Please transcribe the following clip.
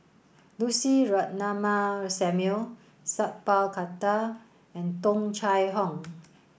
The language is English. Lucy Ratnammah Samuel Sat Pal Khattar and Tung Chye Hong